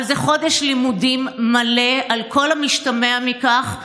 אבל זה חודש לימודים מלא על כל המשתמע מכך,